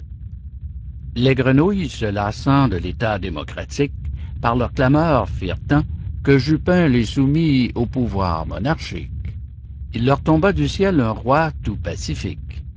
les grenouilles se lassant de l'état démocratique par leurs clameurs firent tant que jupin les soumit au pouvoir monarchique il leur tomba du ciel un roi tout